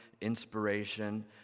inspiration